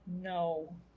no